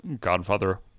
Godfather